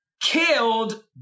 killed